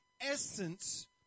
essence